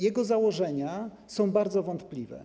Jego założenia są bardzo wątpliwe.